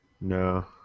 No